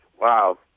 wow